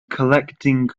collecting